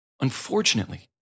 Unfortunately